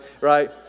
right